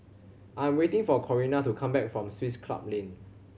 I am waiting for Corrina to come back from Swiss Club Lane